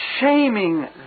shaming